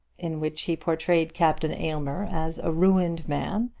in which he portrayed captain aylmer as a ruined man,